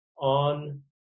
on